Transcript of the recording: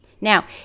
Now